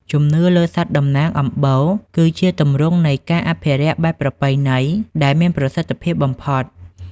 ជំនឿលើសត្វតំណាងអំបូរ គឺជាទម្រង់នៃ "ការអភិរក្សបែបប្រពៃណី" ដែលមានប្រសិទ្ធភាពបំផុត។